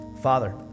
Father